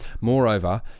moreover